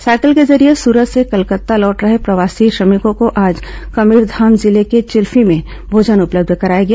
cycle के जरिये सूरत से कलकत्ता लौट रहे प्रवासी श्रमिकों को आज कबीरधाम जिले के चिल्फी में भोजन उपलब्ध कराया गया